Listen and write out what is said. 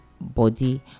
body